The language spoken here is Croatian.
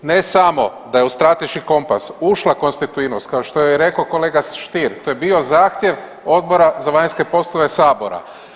Ne samo da je u strateški kompas ušla konstitutivnost kao što je rekao kolega Stier, to je bio zahtjev Odbora za vanjske poslove sabora.